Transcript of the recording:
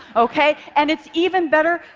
ok? and it's even better,